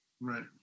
Right